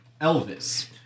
Elvis